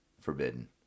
forbidden